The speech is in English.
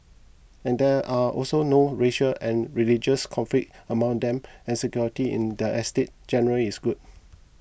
and there are also no racial and religious conflicts among them and security in the estates generally is good